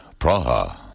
Praha